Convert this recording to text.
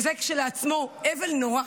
וזה כשלעצמו אבל נורא